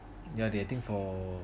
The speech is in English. you are dating for